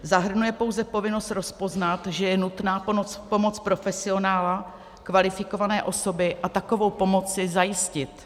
Zahrnuje pouze povinnost rozpoznat, že je nutná pomoc profesionála, kvalifikované osoby, a takovou pomoc si zajistit.